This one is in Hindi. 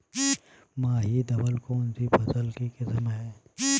माही धवल कौनसी फसल की किस्म है?